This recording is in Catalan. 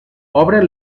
obren